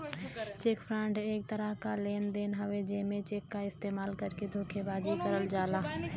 check fraud एक तरह क लेन देन हउवे जेमे चेक क इस्तेमाल करके धोखेबाजी करल जाला